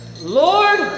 Lord